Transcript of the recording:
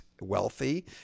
wealthy